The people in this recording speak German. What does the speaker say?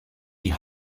die